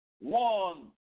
one